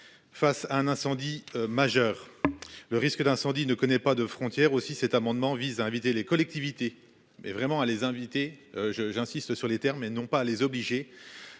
Face à un incendie majeur, le risque d'incendie ne connaît pas de frontières aussi cet amendement vise à inviter les collectivités mais vraiment à les inviter, je, j'insiste sur les termes et non pas les obliger.